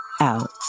out